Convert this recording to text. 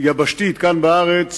יבשתית כאן בארץ